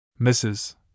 Mrs